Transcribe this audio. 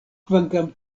kvankam